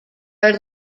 are